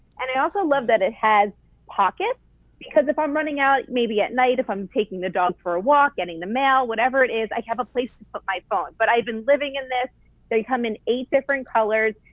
and i also love that it has pockets because if i'm running out maybe at night if i'm taking the dogs for a walk, getting the mail, whatever it is i have a place to put my phone, but i've been living in this. they come in eight different colors,